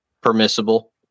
permissible